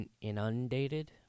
inundated